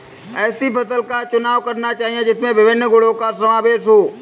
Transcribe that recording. ऐसी फसल का चुनाव करना चाहिए जिसमें विभिन्न गुणों का समावेश हो